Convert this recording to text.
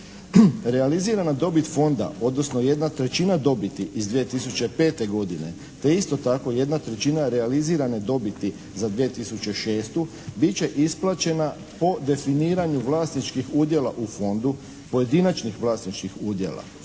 Realizirana dobit Fonda, odnosno 1/3 odbiti iz 2005. godine te isto tako 1/3 realizirane dobiti za 2006. bit će isplaćena po definiranju vlasničkih udjela u Fondu, pojedinačnih vlasničkih udjela.